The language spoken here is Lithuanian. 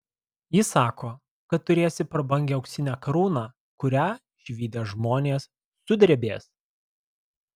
jis sako kad turėsi prabangią auksinę karūną kurią išvydę žmonės sudrebės